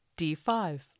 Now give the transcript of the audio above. d5